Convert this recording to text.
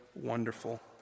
wonderful